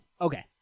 Okay